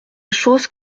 chose